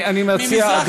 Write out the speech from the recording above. אני מציע,